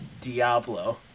Diablo